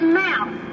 mouth